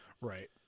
Right